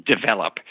develop